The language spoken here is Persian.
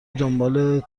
دنبال